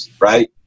right